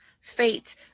fate